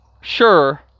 sure